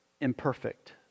imperfect